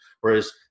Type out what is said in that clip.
Whereas